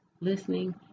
listening